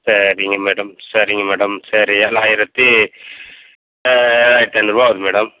சரிங்க மேடம் சரிங்க மேடம் சரி ஏழாயிரத்தி ஏழாயிரத்தி ஐந்நூறுபா வருது மேடம்